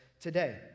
today